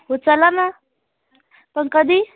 ओ चला ना पण कधी